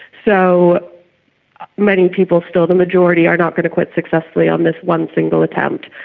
so many people, still the majority, are not going to quit successfully on this one single attempt,